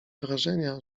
wrażenia